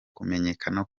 kumenyekana